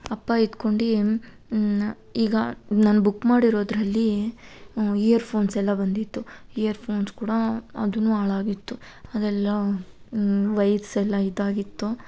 ಅಪ್ಪ ಇದ್ಕೊಂಡು ಈಗ ನಾನು ಬುಕ್ ಮಾಡಿರೋದ್ರಲ್ಲಿ ಇಯರ್ ಫೋನ್ಸೆಲ್ಲ ಬಂದಿತ್ತು ಇಯರ್ ಫೋನ್ಸ್ ಕೂಡ ಅದು ಹಾಳಾಗಿತ್ತು ಅದೆಲ್ಲ ವೈರ್ಸ್ ಎಲ್ಲ ಇದಾಗಿತ್ತು